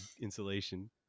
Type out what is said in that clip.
insulation